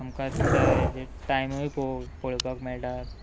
आमकां त्या हेजे टायमूय पळोवपाक मेळटा